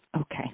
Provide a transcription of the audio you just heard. Okay